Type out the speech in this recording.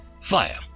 Fire